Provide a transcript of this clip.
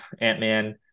Ant-Man